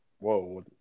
whoa